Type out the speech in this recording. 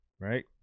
right